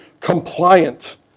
compliant